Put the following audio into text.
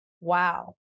Wow